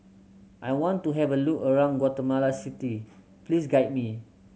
I want to have a look around Guatemala City please guide me